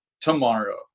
tomorrow